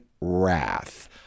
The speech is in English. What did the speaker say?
wrath